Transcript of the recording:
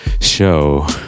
show